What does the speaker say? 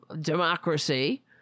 democracy